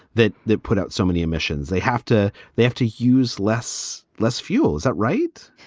that they put out so many emissions. they have to they have to use less less fuel. is that right?